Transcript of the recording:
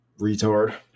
retard